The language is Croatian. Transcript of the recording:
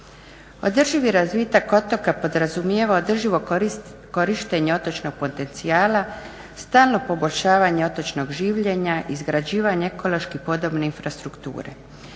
Održivi razvitak otoka podrazumijeva održivo korištenje otočnog potencijala, stalno poboljšavanje otočnog življenja, izgrađivanje ekološki podobne infrastrukture.